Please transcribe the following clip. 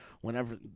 whenever